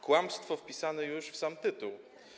Kłamstwo wpisane już w sam tytuł.